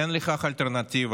אין לכך אלטרנטיבה,